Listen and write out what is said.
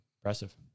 impressive